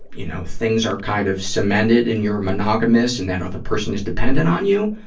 you know, things are kind of cemented and you're monogamous and that other person is dependent on you,